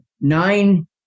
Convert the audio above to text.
nine